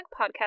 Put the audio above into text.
Podcast